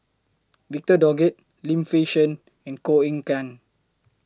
Victor Doggett Lim Fei Shen and Koh Eng Kian